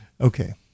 Okay